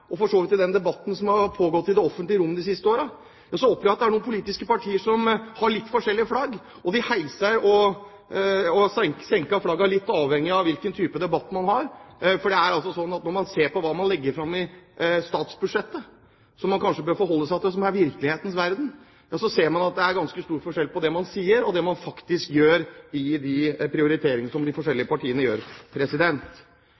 som har pågått i det offentlige rom de siste årene, er noen politiske partier som har litt forskjellig flagg, og de heiser og senker flaggene litt avhengig av hvilken type debatt man har. For når man ser på hva man legger fram i statsbudsjettet, som man kanskje bør forholde seg til, som er virkelighetens verden – ja så ser man at det er ganske stor forskjell på det man sier, og det man faktisk gjør i prioriteringene i de forskjellige partiene. Finansministeren var inne på dette med hvordan man bruker pengene, at man har mye penger som